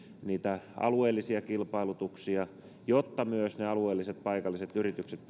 niitä alueellisia kilpailutuksia jotta myös ne alueelliset paikalliset yritykset